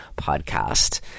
podcast